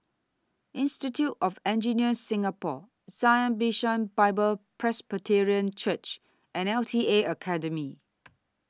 Institute of Engineers Singapore Zion Bishan Bible Presbyterian Church and L T A Academy